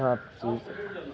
sir हम तऽ चलि जाउ ने